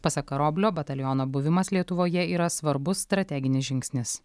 pasak karoblio bataliono buvimas lietuvoje yra svarbus strateginis žingsnis